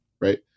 Right